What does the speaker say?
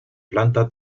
planta